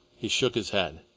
he shook his head.